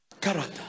character